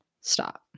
Stop